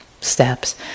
steps